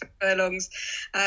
furlongs